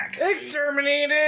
Exterminated